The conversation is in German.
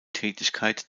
tätigkeit